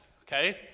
Okay